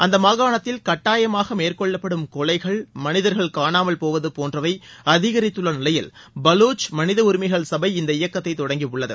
அந்த மாகாணத்தில் கட்டாயமாக மேற்கொள்ளப்படும் கொலைகள் மனிதர்கள் காணாமல் போவது போன்றவை அதிகரித்துள்ள நிலையில் பலுச் மனித உரிமைகள் சனப இந்த இயக்கத்தை தொடங்கி உள்ளது